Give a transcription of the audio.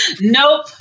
Nope